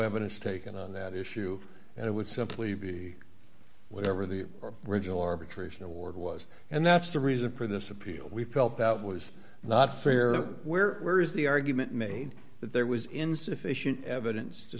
evidence taken on that issue and it would simply be whatever the original arbitration award was and that's the reason for this appeal we felt that was not fair where there is the argument made that there was insufficient evidence to